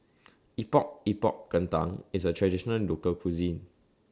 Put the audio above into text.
Epok Epok Kentang IS A Traditional Local Cuisine